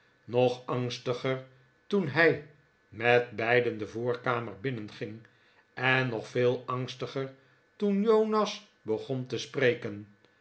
nog angstiger toen hij met beiden de voorkamer binnenging en nog veel angstiger toen jonas begon te spreken